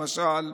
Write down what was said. למשל.